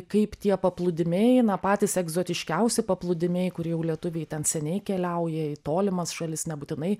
kaip tie paplūdimiai na patys egzotiškiausi paplūdimiai kur jau lietuviai ten seniai keliauja į tolimas šalis nebūtinai